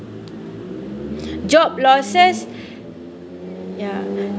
job losses ya